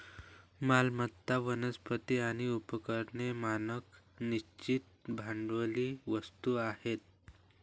मालमत्ता, वनस्पती आणि उपकरणे मानक निश्चित भांडवली वस्तू आहेत